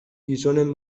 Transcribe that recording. gizonen